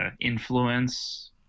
influence